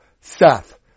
Seth